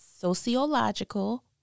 sociological